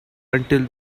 until